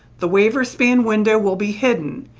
the waiver span window will be hidden.